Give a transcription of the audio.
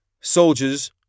soldiers